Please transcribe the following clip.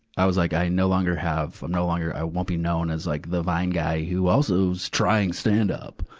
i was like i no longer have, i'm no longer, i won't be known as like the vine guy who also's trying stand-up.